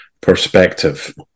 perspective